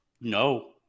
No